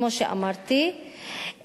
כמו שאמרתי,